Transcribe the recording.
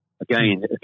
Again